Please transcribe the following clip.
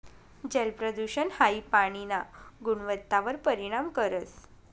जलप्रदूषण हाई पाणीना गुणवत्तावर परिणाम करस